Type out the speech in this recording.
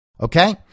Okay